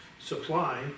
supply